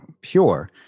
pure